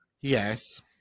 Yes